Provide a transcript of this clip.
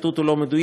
הציטוט לא מדויק,